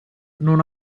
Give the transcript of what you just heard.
non